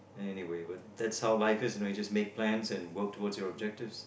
anyway but that's how life is you just make plans and work towards your objectives